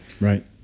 right